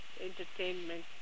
entertainment